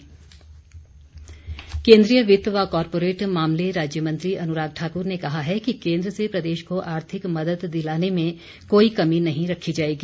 अनुराग ठाकुर केन्द्रीय वित्त व कॉरपोरेट मामले राज्य मंत्री अनुराग ठाक्र ने कहा है कि केन्द्र से प्रदेश को आर्थिक मदद दिलाने में कोई कमी नहीं रखी जाएगी